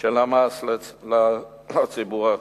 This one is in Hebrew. של המס לציבור הכללי?